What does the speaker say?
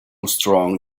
strong